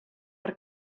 per